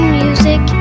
music